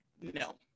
no